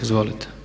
Izvolite.